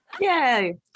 yay